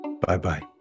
Bye-bye